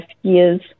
years